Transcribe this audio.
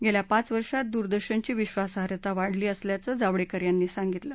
गेल्या पाच वर्षात दूरदर्शनची विश्वासार्हता वाढली असल्याचं जावडेकर यांनी सांगितलं